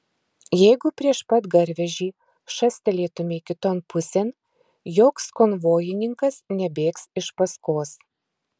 jeigu prieš pat garvežį šastelėtumei kiton pusėn joks konvojininkas nebėgs iš paskos